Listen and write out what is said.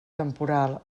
temporal